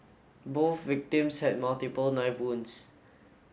both victims had multiple knife wounds